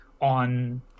on